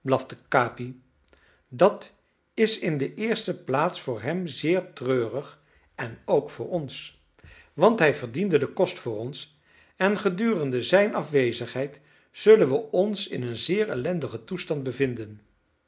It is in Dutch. dat is in de eerste plaats voor hem zeer treurig en ook voor ons want hij verdiende den kost voor ons en gedurende zijn afwezigheid zullen we ons in een zeer ellendigen toestand bevinden